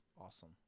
Awesome